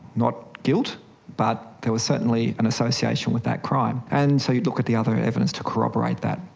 not guilt but there was certainly an association with that crime. and so you'd look at the other evidence to corroborate that.